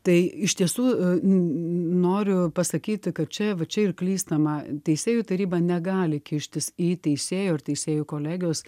tai iš tiesų noriu pasakyti kad čia va čia ir klystama teisėjų taryba negali kištis į teisėjų ar teisėjų kolegijos